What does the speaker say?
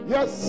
Yes